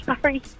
Sorry